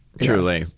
Truly